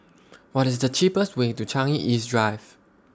What IS The cheapest Way to Changi East Drive